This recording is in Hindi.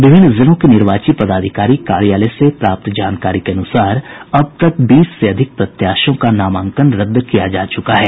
विभिन्न जिलों के निर्वाची पदाधिकारी कार्यालय से प्राप्त जानकारी के अनुसार अब तक बीस से अधिक प्रत्याशियों का नामांकन रद्द किया गया है